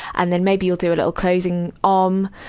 and then maybe you'll do a little closing om,